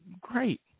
great